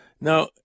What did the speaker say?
Now